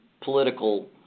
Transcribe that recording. political